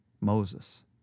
Moses